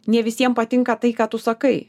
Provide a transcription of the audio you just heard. ne visiem patinka tai ką tu sakai